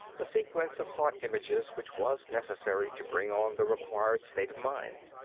the sequence of thought-images which was necessary to bring on the required state of mind.